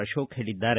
ಅಶೋಕ ಹೇಳಿದ್ದಾರೆ